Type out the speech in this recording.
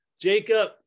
Jacob